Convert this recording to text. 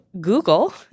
Google